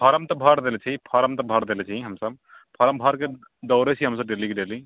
form तऽ भरि देने छी फॉर्म तऽ भरि देने छी हमसभ फॉर्म भरि कऽ दौड़ैत छी हमसभ डेलीके डेली